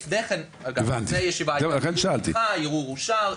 לפני הישיבה איתך --- הערעור אושר,